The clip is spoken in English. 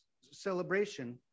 celebration